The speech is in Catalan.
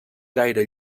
gaire